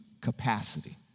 capacity